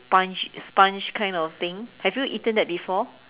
sponge sponge kind of thing have you eaten that before